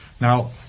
Now